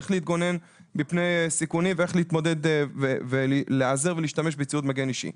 איך להתגונן מפני סיכונים ואיך להיעזר ולהשתמש בציוד מגן אישי,